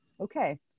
okay